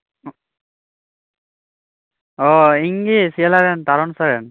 ᱚ ᱤᱧ ᱜᱮ ᱥᱤᱭᱟᱹᱞᱟ ᱨᱮᱱ ᱛᱟᱨᱚᱱ ᱥᱚᱨᱮᱱ